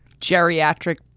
Geriatric